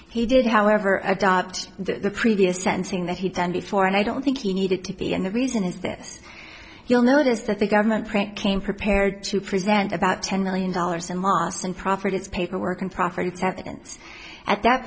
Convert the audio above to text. he did however adopt the previous sentencing that he'd done before and i don't think he needed to be and the reason is this you'll notice that the government print came prepared to present about ten million dollars and mawson proffered its paperwork and property at that